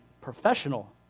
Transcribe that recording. professional